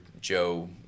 Joe